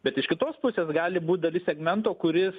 bet iš kitos pusės gali būt dalis segmento kuris